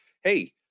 hey